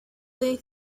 they